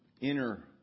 inner